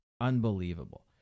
Unbelievable